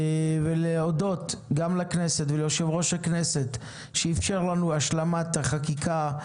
ולהודות גם לכנסת וליושב-ראש הכנסת שאיפשר לנו השלמת החקיקה,